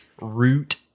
root